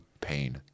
pain